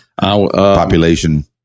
Population